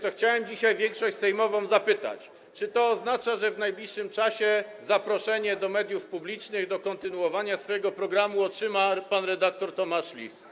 To chciałem dzisiaj większość sejmową zapytać: Czy to oznacza, że w najbliższym czasie zaproszenie do mediów publicznych, do kontynuowania swojego programu otrzyma pan red. Tomasz Lis?